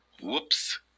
Whoops